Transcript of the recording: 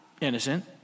innocent